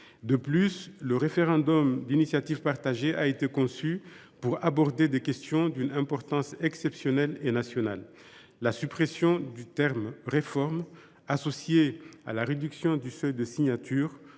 De plus, le référendum d’initiative partagée a été conçu pour aborder des questions d’une importance exceptionnelle et nationale. La suppression du terme « réformes » du premier alinéa de